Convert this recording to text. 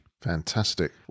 Fantastic